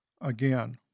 again